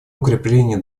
укрепления